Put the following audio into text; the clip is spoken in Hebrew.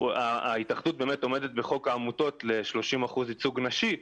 ההתאחדות באמת עומדת בחוק העמותות לגבי 30% ייצוג נשי,